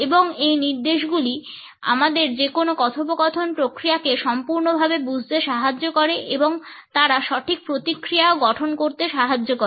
এবং এই নির্দেশগুলি আমাদের যেকোন কথোপকথন প্রক্রিয়াকে সম্পূর্ণভাবে বুঝতে সাহায্য করে এবং তারা সঠিক প্রতিক্রিয়াও গঠন করতে সাহায্য করে